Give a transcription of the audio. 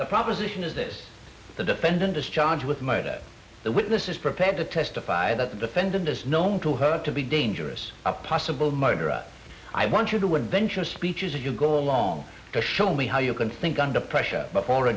the proposition is this the defendant is charged with murder the witness is prepared to testify that the defendant is known to her to be dangerous a possible murderer i want you to adventure speeches as you go along to show me how you can think under pressure before a